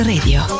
Radio